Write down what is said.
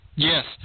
Yes